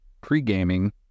pre-gaming